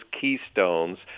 keystones